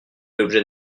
l’objet